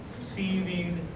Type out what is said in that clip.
seaweed